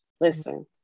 Listen